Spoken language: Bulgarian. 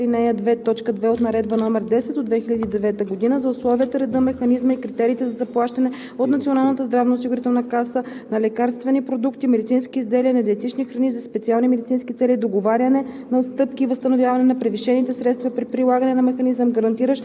се добавя „и за медицинските изделия от списъка по групи по чл. 13, ал. 2, т. 2 от Наредба № 10 от 2009 г. за условията, реда, механизма и критериите за заплащане от Националната здравноосигурителна каса на лекарствени продукти, медицински изделия и на диетични храни за специални медицински цели, договаряне